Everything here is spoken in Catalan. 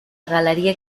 galeria